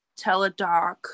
teledoc